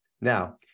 Now